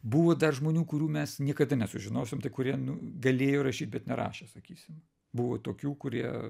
buvo dar žmonių kurių mes niekada nesužinosim tai kurie nu galėjo rašyt bet nerašė sakysim buvo tokių kurie